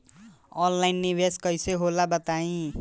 Online निवेस कइसे होला बताईं?